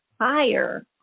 higher